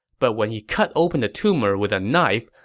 but when he cut open the tumor with a knife,